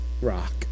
rock